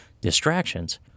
distractions